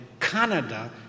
Canada